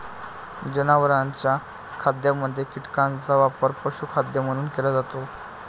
जनावरांच्या खाद्यामध्ये कीटकांचा वापर पशुखाद्य म्हणून केला जातो